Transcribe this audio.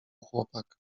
chłopak